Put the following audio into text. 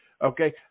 Okay